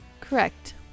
Correct